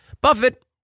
Buffett